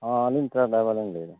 ᱦᱮᱸ ᱟᱹᱞᱤᱧ truck driver ᱞᱤᱧ ᱞᱟᱹᱭᱮᱫᱟ